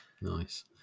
nice